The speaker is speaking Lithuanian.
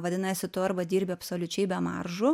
vadinasi tu arba dirbi absoliučiai be maržų